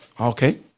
Okay